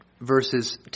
Verses